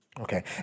Okay